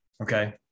okay